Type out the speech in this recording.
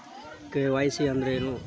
KYC ಅಂದ್ರೇನು?